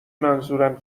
منظورم